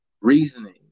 reasoning